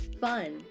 fun